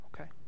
Okay